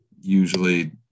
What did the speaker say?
usually